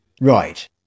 Right